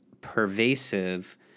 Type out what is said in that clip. pervasive